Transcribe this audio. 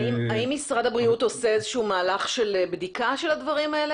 האם משרד הבריאות עושה מהלך של בדיקה של הדברים האלה,